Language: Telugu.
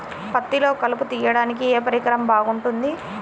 పత్తిలో కలుపు తీయడానికి ఏ పరికరం బాగుంటుంది?